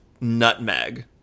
nutmeg